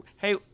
Hey